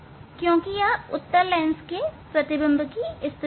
क्योंकि यह उत्तल लेंस के लिए प्रतिबिंब की स्थिति है